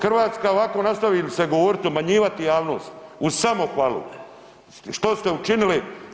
Hrvatska ovako nastavi li govoriti i obmanjivati javnost uz samohvalu, što ste učinili?